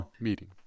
meeting